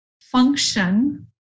function